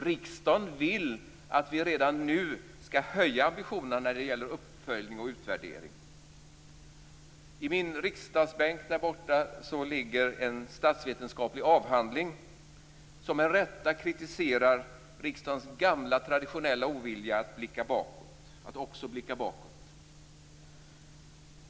Riksdagen vill att vi redan nu skall höja ambitionen skall höja ambitionerna när det gäller uppföljning och utvärdering. På min riksdagsbänk ligger en statsvetenskaplig avhandling som med rätta kritiserar riksdagens gamla traditionella ovilja att också blicka bakåt.